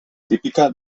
típica